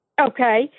Okay